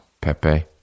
Pepe